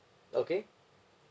okay